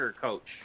coach